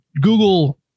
Google